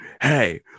hey